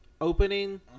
opening